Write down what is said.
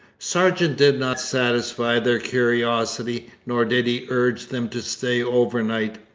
sargeant did not satisfy their curiosity, nor did he urge them to stay overnight.